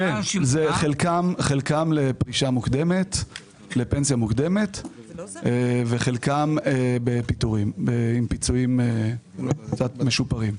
חלקם לפנסיה מוקדמת וחלקם בפיטורים עם פיצויים משופרים.